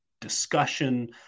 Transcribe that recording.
discussion